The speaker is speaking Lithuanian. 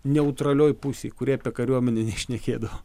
neutralioj pusėj kurie apie kariuomenę nešnekėdavo